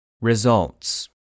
Results